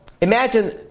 imagine